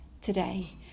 today